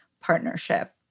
partnership